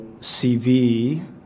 CV